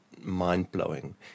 mind-blowing